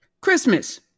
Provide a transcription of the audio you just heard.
Christmas